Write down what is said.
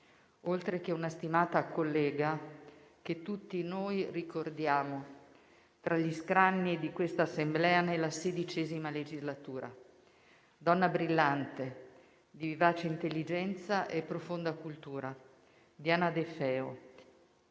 oltre che una stimata collega, che tutti noi ricordiamo tra gli scranni di questa Assemblea nella XVI legislatura. Donna brillante, di vivace intelligenza e profonda cultura, Diana De Feo